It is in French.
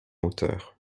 hauteur